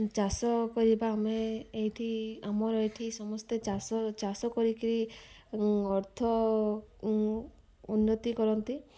ଚାଷ କରିବା ଆମେ ଏଇଠି ଆମର ଏଠି ସମସ୍ତେ ଚାଷ ଚାଷ କରିକିରି ଅର୍ଥ ଉନ୍ନତି କରନ୍ତି